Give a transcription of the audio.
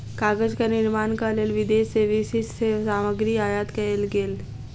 कागजक निर्माणक लेल विदेश से विशिष्ठ सामग्री आयात कएल गेल